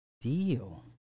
deal